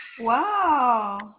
Wow